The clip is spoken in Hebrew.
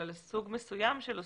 אלא לסוג מסוים של עוסקים,